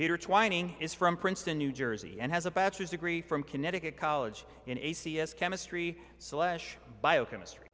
peter twining is from princeton new jersey and has a bachelor's degree from connecticut college in a c s chemistry slash biochemistry